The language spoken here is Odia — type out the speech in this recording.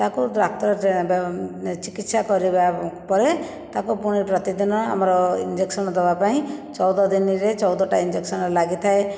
ତାକୁ ଡାକ୍ତର ଚିକିତ୍ସା କରିବା ପରେ ତାକୁ ପୁଣି ପ୍ରତିଦିନ ଆମର ଇଞ୍ଜେକ୍ସନ ଦେବା ପାଇଁ ଚଉଦ ଦିନରେ ଚଉଦଟା ଇଞ୍ଜେକ୍ସନ ଲାଗିଥାଏ